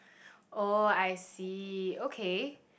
oh I see okay